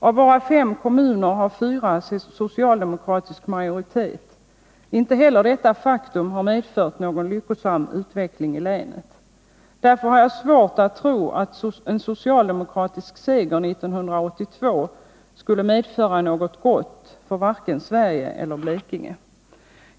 Av våra fem kommuner har fyra socialdemokratisk majoritet. Inte heller detta faktum har medfört någon lyckosam utveckling i länet. Därför har jag svårt att tro att en socialdemokratisk seger 1982 skulle medföra något gott för vare sig Sverige eller Blekinge.